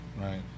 right